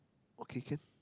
okay can